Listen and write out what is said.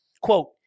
Quote